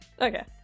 Okay